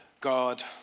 God